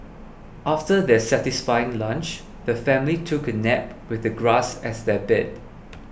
after their satisfying lunch the family took a nap with the grass as their bed